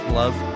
love